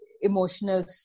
emotional